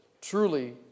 Truly